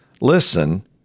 Listen